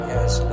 Yes